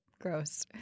gross